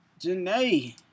Janae